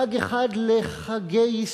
ייכנס עוד יום חג אחד לחגי ישראל,